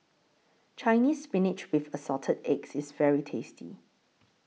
Chinese Spinach with Assorted Eggs IS very tasty